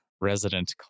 resident